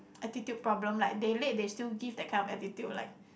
attitude problem like they late they still give that kind of attitude like